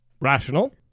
rational